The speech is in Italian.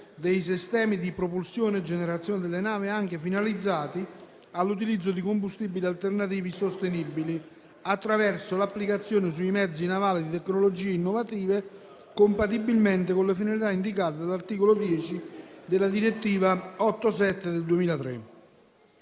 dei sistemi di propulsione e generazione delle navi, anche finalizzati all'utilizzo di combustibili alternativi sostenibili, attraverso l'applicazione sui mezzi navali di tecnologie innovative, compatibilmente con le finalità indicate dall'articolo 10 della direttiva 2003/87/CE